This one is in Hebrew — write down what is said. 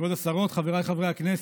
כבוד השרות, חבריי חברי הכנסת,